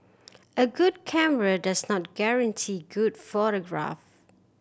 a good camera does not guarantee good photograph